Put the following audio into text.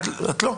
את לא.